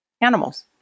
animals